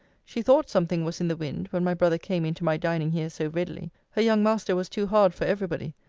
she thought something was in the wind, when my brother came into my dining here so readily. her young master was too hard for every body.